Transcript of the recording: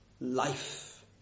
life